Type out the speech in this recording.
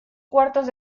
cuartos